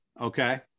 Okay